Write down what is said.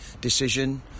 decision